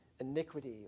iniquity